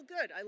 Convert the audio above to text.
good